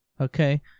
Okay